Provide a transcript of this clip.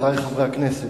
חברי חברי הכנסת,